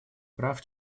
прав